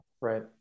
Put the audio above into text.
right